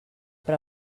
però